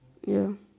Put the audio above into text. ya